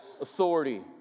authority